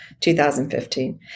2015